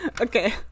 Okay